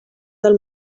del